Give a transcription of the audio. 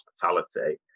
hospitality